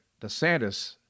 DeSantis